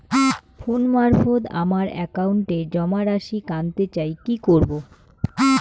Phone মারফত আমার একাউন্টে জমা রাশি কান্তে চাই কি করবো?